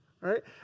right